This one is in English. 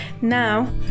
Now